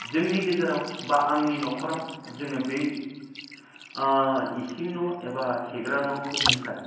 जोंनि गेजेराव बा आंनि न'खराव जोङो बै इसिं न' एबा खिग्रा न'फोरनिफ्राय